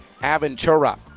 Aventura